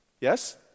Yes